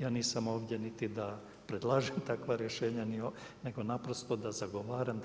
Ja nisam ovdje niti da predlažem takva rješenja nego naprosto da zagovaram